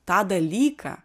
tą dalyką